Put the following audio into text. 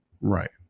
right